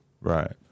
right